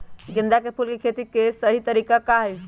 गेंदा के फूल के खेती के सही तरीका का हाई?